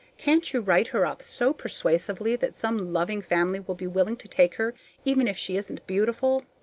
can't you write her up so persuasively that some loving family will be willing to take her even if she isn't beautiful?